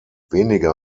weniger